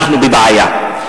אנחנו בבעיה.